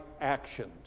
actions